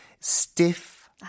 stiff